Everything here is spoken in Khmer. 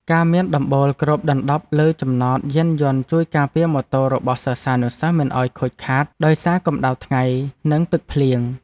ការមានដំបូលគ្របដណ្តប់លើចំណតយានយន្តជួយការពារម៉ូតូរបស់សិស្សានុសិស្សមិនឱ្យខូចខាតដោយសារកម្តៅថ្ងៃនិងទឹកភ្លៀង។